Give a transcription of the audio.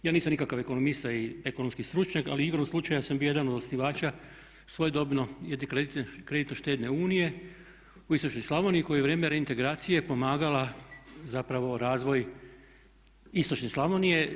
Ja nisam nikakav ekonomista i ekonomski stručnjak, ali igrom slučaja sam bio jedan od osnivača svojedobne jedne kreditno-štedne unije u istočnoj Slavoniji koji je u vrijeme reintegracije pomagala zapravo razvoj istočne Slavonije.